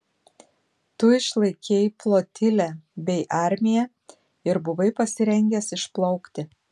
tu išlaikei flotilę bei armiją ir buvai pasirengęs išplaukti